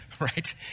Right